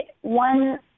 one